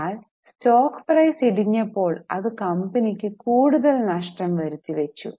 എന്നാൽ stock price ഇടിഞ്ഞപ്പോൾ അത് കമ്പനിക് കൂടുതൽ കൂടുതൽ നഷ്ടം വരുത്തി വച്ചു